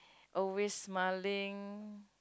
always smiling